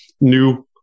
new